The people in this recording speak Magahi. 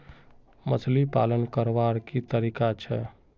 मछली पालन करवार की तरीका छे?